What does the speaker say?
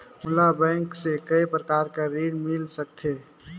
मोला बैंक से काय प्रकार कर ऋण मिल सकथे?